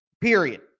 Period